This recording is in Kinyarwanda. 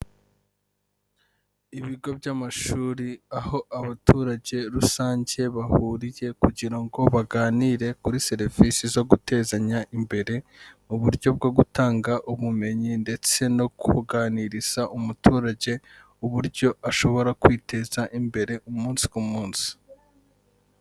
Ibigo by'amashuri, aho abaturage rusange bahuriye kugira ngo baganire kuri serivisi zo gutezaya imbere, mu buryo bwo gutanga ubumenyi ndetse no kuganiriza umuturage uburyo ashobora kwiteza imbere umunsi ku munsi.